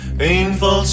painful